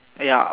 !aiya!